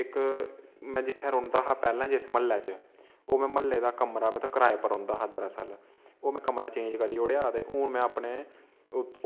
इक में जित्थे रौंह्दा हा पैह्ले जिस म्हल्ले च ओह् में म्हल्ले दा कमरा मतलब कराए पर रौंह्दा हा दरअसल ओह् में कमरा चेंज करी ओड़ेआ ते हून में अपने